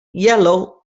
yellow